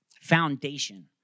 foundation